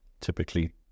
typically